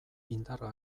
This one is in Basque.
indarra